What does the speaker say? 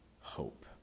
hope